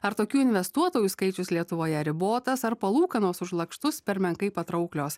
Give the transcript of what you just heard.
ar tokių investuotojų skaičius lietuvoje ribotas ar palūkanos už lakštus per menkai patrauklios